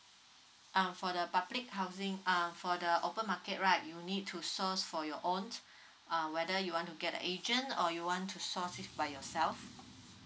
um for the public housing uh for the open market right you need to source for your own uh whether you want to get the agent or you want to source it by yourself